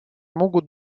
могут